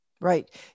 right